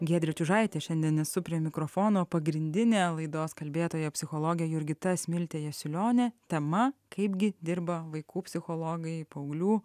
giedrė čiužaitė šiandien esu prie mikrofono pagrindinė laidos kalbėtoja psichologė jurgita smiltė jasiulionė tema kaipgi dirba vaikų psichologai paauglių